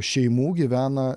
šeimų gyvena